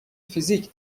فیزیک